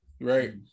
Right